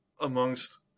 amongst